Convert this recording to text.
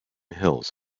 hills